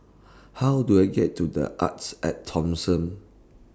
How Do I get to The Artes At Thomson